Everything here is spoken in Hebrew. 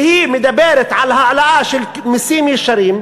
שמדברת על העלאה של מסים ישירים,